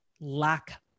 lack